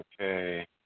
Okay